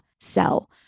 sell